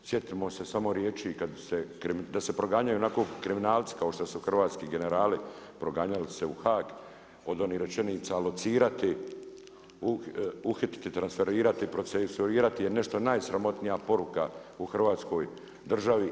Sjetimo se samo riječi da se proganjaju onako kriminalci kao što su hrvatski generali proganjali se u Haag od onih rečenica locirati, uhititi, transferirati, procesuirati je nešto najsramotnija poruka u Hrvatskoj državi.